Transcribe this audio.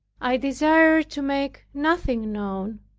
i desired to make nothing known,